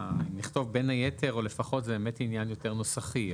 לכתוב בין היתר או לפחות זה באמת עניין יותר נוסחי.